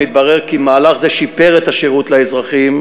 מתברר כי מהלך זה שיפר את השירות לאזרחים,